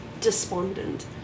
despondent